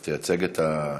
אז תייצג את הלא-עולים.